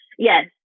Yes